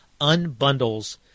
unbundles